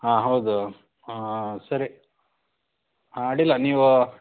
ಹಾಂ ಹೌದು ಸರಿ ಹಾಂ ಅಡ್ಡಿಯಿಲ್ಲ ನೀವು